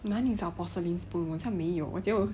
哪里找 porcelain spoon 我好像没有我只有